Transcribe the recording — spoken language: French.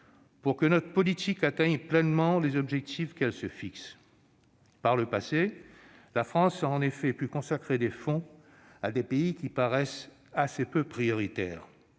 pour que notre politique atteigne pleinement les objectifs qu'elle se fixe. Par le passé, la France a en effet pu consacrer des fonds à des pays qui paraissaient assez peu prioritaires.